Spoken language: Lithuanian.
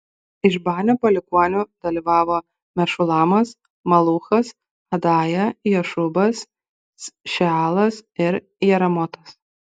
iš banio palikuonių dalyvavo mešulamas maluchas adaja jašubas šealas ir jeramotas